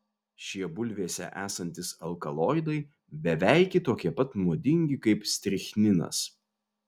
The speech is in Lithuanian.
šie bulvėse esantys alkaloidai beveiki tokie pat nuodingi kaip strichninas